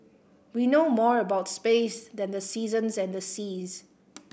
we know more about space than the seasons and the seas